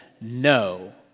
no